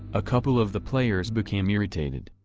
a couple of the players became irritated.